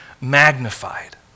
magnified